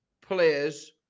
players